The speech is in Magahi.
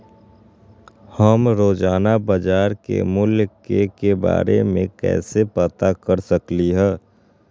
हम रोजाना बाजार के मूल्य के के बारे में कैसे पता कर सकली ह?